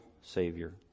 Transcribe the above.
Savior